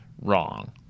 wrong